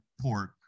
pork